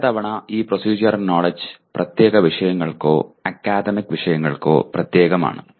പലതവണ ഈ procedural knowledge പ്രത്യേക വിഷയങ്ങൾക്കോ അക്കാദമിക് വിഷയങ്ങൾക്കോ പ്രത്യേകമാണ്